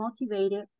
motivated